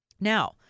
Now